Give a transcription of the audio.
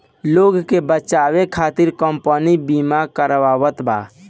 लोग के बचावे खतिर कम्पनी बिमा करावत बा